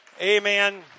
Amen